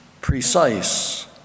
precise